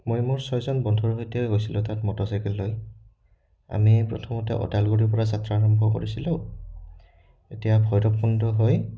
মই মোৰ ছয়জন বন্ধুৰ সৈতে গৈছিলোঁ তাত মটৰচাইকেল লৈ আমি প্ৰথমতে ওদালগুৰিৰ পৰা যাত্ৰা আৰম্ভ কৰিছিলোঁ এতিয়া ভৈৰৱকুণ্ড হৈ